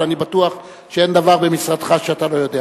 אבל אני בטוח שאין דבר במשרדך שאתה לא יודע.